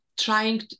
trying